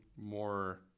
more